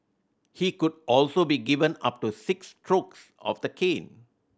he could also be given up to six strokes of the cane